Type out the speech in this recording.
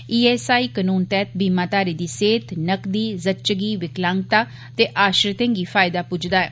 ESI कनून तैह्त बीमाघारी दी सैह्त नकदी जुच्चगी विकलांगता ते आश्रितें गी फायदा पुज्जदा ऐ